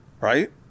right